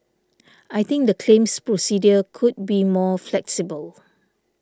I think the claims procedure could be more flexible